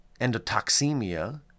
endotoxemia